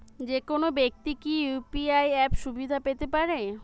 যেকোনো ব্যাক্তি কি ইউ.পি.আই অ্যাপ সুবিধা পেতে পারে?